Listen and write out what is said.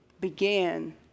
began